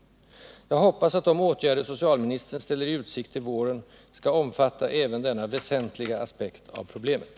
Jag hoppas att de åtgärder socialministern ställer i utsikt till våren skall omfatta även denna väsentliga aspekt av problemet.